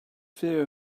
fear